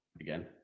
again